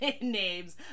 names